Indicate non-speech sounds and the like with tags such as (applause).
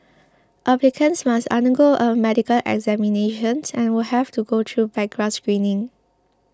(noise) applicants must undergo a medical examination and will have to go through background screening